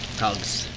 hugs.